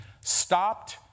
stopped